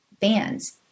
fans